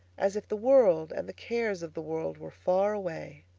as if the world and the cares of the world were far away.